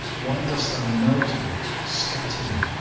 why dost thou melt me, scatter me,